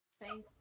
Thank